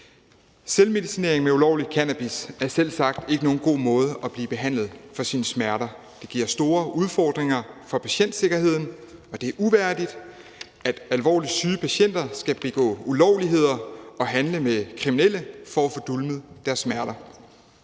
Selvmedicinering med ulovlig cannabis er selvsagt ikke nogen god måde at blive behandlet for sine smerter på. Det giver store udfordringer for patientsikkerheden, og det er uværdigt, at alvorligt syge patienter skal begå ulovligheder og handle med kriminelle for at kunne dulme deres smerter.